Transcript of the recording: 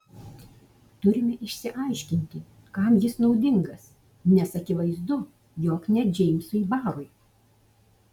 turime išsiaiškinti kam jis naudingas nes akivaizdu jog ne džeimsui barui